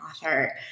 author